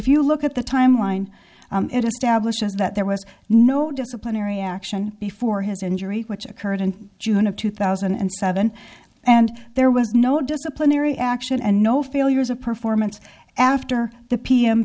if you look at the timeline it establishes that there was no disciplinary action before his injury which occurred in june of two thousand and seven and there was no disciplinary action and no failures of performance after the p m